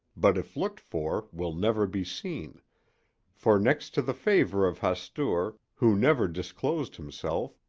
but if looked for will never be seen for next to the favor of hastur, who never disclosed himself,